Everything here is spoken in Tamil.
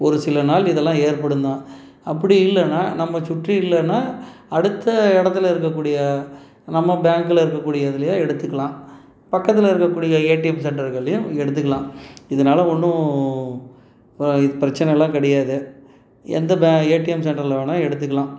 ஒரு சில நாள் இதெல்லாம் ஏற்படுந்தான் அப்படி இல்லைனா நம்ம சுற்றி இல்லைனா அடுத்த இடத்துல இருக்கக்கூடிய நம்ம பேங்க்கில் இருக்கக்கூடியதுலேயே எடுத்துக்கலாம் பக்கத்தில் இருக்கக்கூடிய ஏடிஎம் சென்டர்கள்லேயும் எடுத்துக்கலாம் இதனால ஒன்றும் இது பிரச்சனைலாம் கிடையாது எந்த பே ஏடிஎம் சென்டரில் வேணால் எடுத்துக்கலாம்